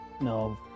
no